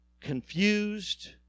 confused